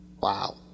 Wow